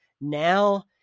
now